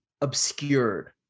obscured